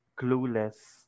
clueless